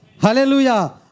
Hallelujah